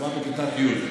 זה חובה בכיתות י'.